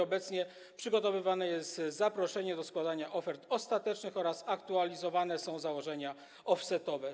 Obecnie przygotowywane jest zaproszenie do składania ofert ostatecznych oraz aktualizowane są założenia offsetowe.